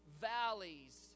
valleys